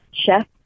chef